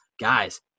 guys